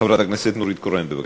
חברת הכנסת נורית קורן, בבקשה.